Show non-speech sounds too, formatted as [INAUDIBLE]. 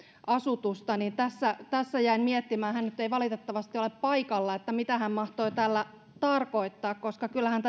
asutusta niin tässä tässä jäin miettimään hän nyt ei valitettavasti ole paikalla mitä hän mahtoi tällä tarkoittaa kyllähän [UNINTELLIGIBLE]